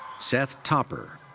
seth topper.